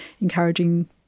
encouraging